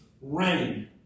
rain